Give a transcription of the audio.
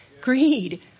greed